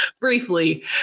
briefly